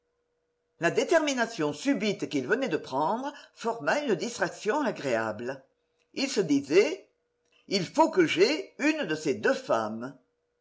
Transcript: la détermination subite qu'il venait de prendre forma une distraction agréable il se disait il faut que j'aie une de ces deux femmes